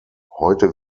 heute